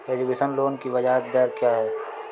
Education loan की ब्याज दर क्या है?